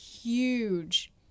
huge